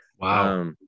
wow